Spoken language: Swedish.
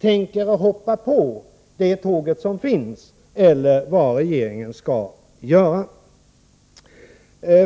tänker hoppa på det tåg som finns — eller vad regeringen skall göra.